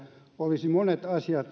olisi monet asiat yritystukien